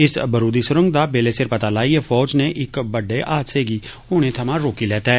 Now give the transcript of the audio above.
इस बारूदी सुरंग दा बेल्ले सिर पता लाइयै फौज नै इक बड्डे हादसे गी होने थमां रोकी लैता ऐ